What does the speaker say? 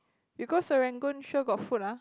you go Serangoon sure got food ah